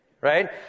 right